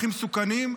הכי מסוכנים,